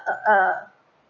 a a